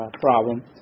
problem